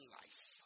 life